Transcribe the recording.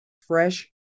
fresh